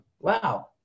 Wow